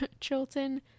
Chilton